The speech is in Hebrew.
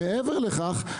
מעבר לכך,